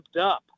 up